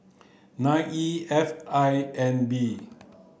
nine E F I N B